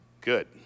Good